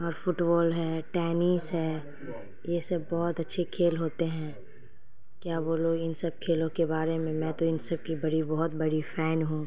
اور football ہے tennis ہے یہ سب بہت اچھے کھیل ہوتے ہیں کیا بولوں ان سب کھیلوں کے بارے میں میں تو ان سب کی بڑی بہت بڑی فین ہوں